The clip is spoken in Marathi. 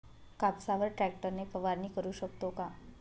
कापसावर ट्रॅक्टर ने फवारणी करु शकतो का?